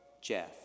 Jeff